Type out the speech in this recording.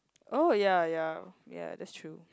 oh ya ya ya that's true